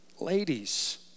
Ladies